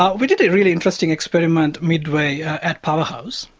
um we did a really interesting experiment midway at powerhouse,